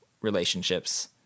relationships